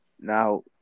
Now